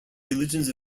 religions